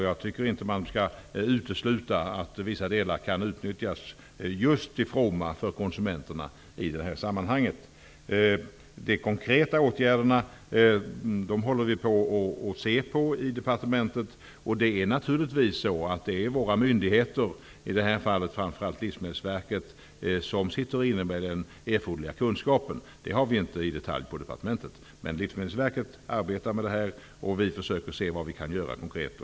Jag tycker inte att man skall utesluta att en viss del kan utnyttjas till fromma för konsumenterna i just det här sammanhanget. De konkreta åtgärderna håller vi på att se på i departementet. Det är naturligtvis våra myndigheter, i det här fallet framför allt Livsmedelsverket, som sitter inne med den erforderliga kunskapen. Den har inte vi i detalj på departementet. Livsmedelsverket arbetar med frågan, och vi försöker se vad vi kan göra konkret.